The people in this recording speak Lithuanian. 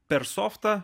per sofą